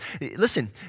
Listen